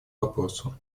вопросу